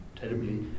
terribly